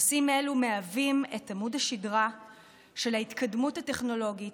נושאים אלו מהווים את עמוד השדרה של ההתקדמות הטכנולוגית,